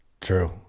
True